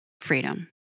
freedom